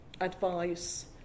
advice